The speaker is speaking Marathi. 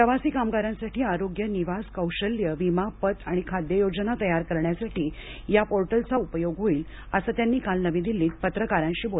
प्रवासी कामगारांसाठी आरोग्यनिवासकौशल्यविमापत आणि खाद्य योजना तयार करण्यासाठी या पोर्टल चा उपयोग होईल असं त्यांनी काल नवी दिल्लीत पत्रकारांशी बोलताना सांगितलं